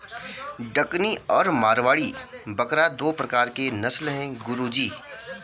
डकनी और मारवाड़ी बकरा दो प्रकार के नस्ल है गुरु जी